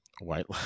White